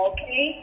Okay